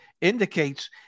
indicates